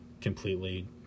completely